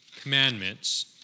commandments